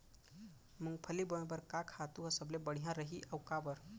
मूंगफली बोए बर का खातू ह सबले बढ़िया रही, अऊ काबर?